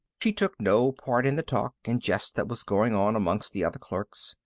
she took no part in the talk and jest that was going on among the other clerks.